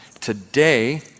Today